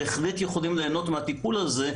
בהחלט יכולים ליהנות מהטיפול הזה,